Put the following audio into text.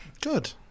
Good